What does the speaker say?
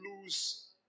lose